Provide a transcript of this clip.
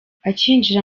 akinjira